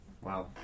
Wow